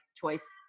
choice